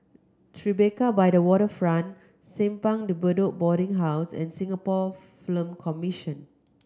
Tribeca by the Waterfront Simpang De Bedok Boarding House and Singapore Commission